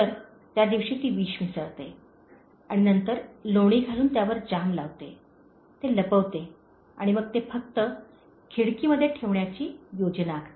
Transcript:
तर त्यादिवशी ती विष मिसळते आणि नंतर लोणी घालून त्यावर जाम लावते ते लपवते आणि मग ते फक्त खिडकीमध्ये ठेवण्याची योजना आखते